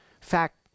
fact